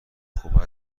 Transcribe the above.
خوب